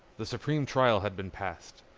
the supreme trial had been passed.